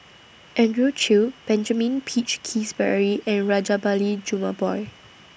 Andrew Chew Benjamin Peach Keasberry and Rajabali Jumabhoy